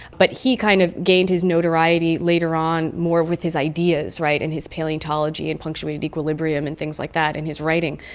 but he kind of gained his notoriety later on more with his ideas and his palaeontology and punctuated equilibrium and things like that in his writing.